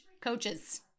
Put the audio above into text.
coaches